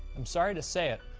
i'm sorry to say it.